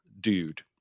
dude